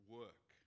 work